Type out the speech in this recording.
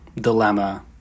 dilemma